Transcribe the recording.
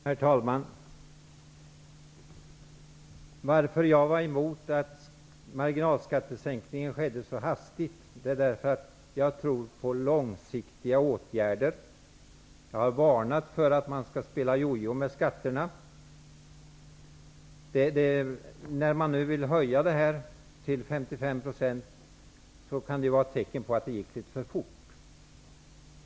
Herr talman! Jag var emot att sänkningen av marginalskatten skedde så hastigt därför att jag tror på långsiktiga åtgärder. Jag har varnat för att spela jo-jo med skatterna. En höjning av marginalskatterna till 55 % kan vara ett tecken på att det gick litet för fort.